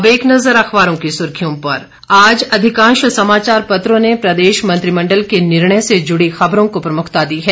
अब एक नजर अखबारों की सुर्खियों पर आज अधिकांश समाचार पत्रों ने प्रदेश मंत्रिमण्डल के निर्णय से जुड़ी खबरों को प्रमुखता दी है